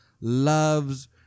loves